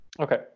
Okay